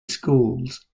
schools